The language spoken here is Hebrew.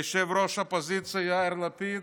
ליושב-ראש האופוזיציה יאיר לפיד